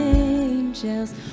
angels